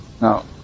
Now